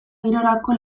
girorako